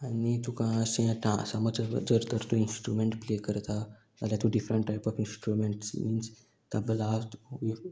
आनी तुका अशें आतां समज जर तर तूं इंस्ट्रुमेंट प्ले करता जाल्यार तूं different type of instruments means tabla B